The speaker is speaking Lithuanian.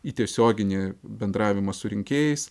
į tiesioginį bendravimą su rinkėjais